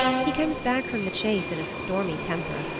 he comes back from the chase in a stormy temper.